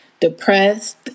depressed